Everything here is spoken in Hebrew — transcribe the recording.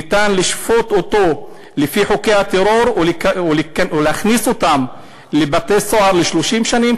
ניתן לשפוט אותו לפי חוקי הטרור ולהכניס אותם לבתי סוהר ל-30 שנה,